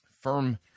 firm